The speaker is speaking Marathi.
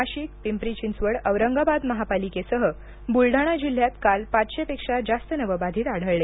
नाशिक पिंपरी चिंचवड औरंगाबाद महापालिकेसह बुलडाणा जिल्ह्यात काल पाचशेपेक्षा जास्त नवबाधित आढळले